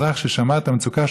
כאזרח ששמע את המצוקה,